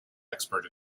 expert